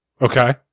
Okay